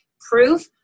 proof